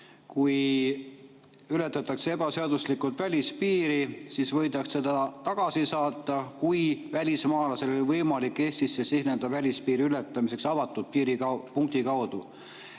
kui ületatakse ebaseaduslikult välispiir, siis võidakse ta tagasi saata, kui välismaalasel oli võimalik Eestisse siseneda välispiiri ületamiseks avatud piiripunkti kaudu.